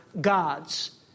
gods